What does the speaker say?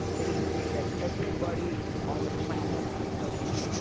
it is a name that everybody on the planet knows.